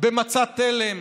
במצע תל"ם,